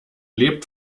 lebt